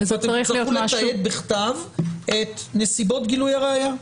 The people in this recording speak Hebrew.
זה צריך להיות משהו --- ואתם תצטרכו לתעד בכתב את נסיבות גילוי הראיה.